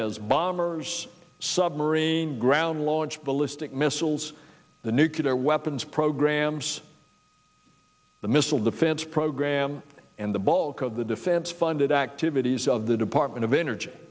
as bombers submarine ground launch ballistic missiles the nucular weapons programs the missile defense program and the bulk of the defense funded activities of the department of energy